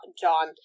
John